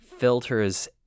filters